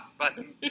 button